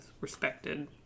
respected